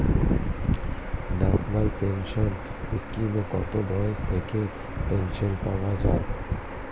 National pension স্কিমে কত বয়স থেকে পেনশন পাওয়া যায়?